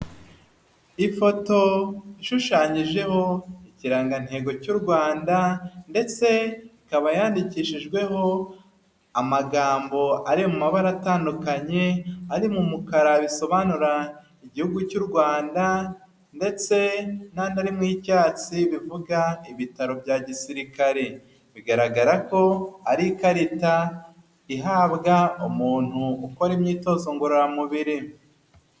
Ifoto ishushanyijeho ikirangantego cy'u Rwanda ndetse ikaba yandikishijweho amagambo ari mu mabara atandukanye, ari mu mukara bisobanura igihugu cy'u Rwanda ndetse n'andi ari mu y'icyatsi bivuga ibitaro bya gisirikare, bigaragara ko ari ikarita ihabwa umuntu ukora imyitozo ngororamubiri.